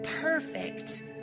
perfect